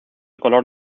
color